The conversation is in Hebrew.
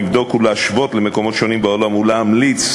לבדוק ולהשוות למקומות שונים בעולם ולהמליץ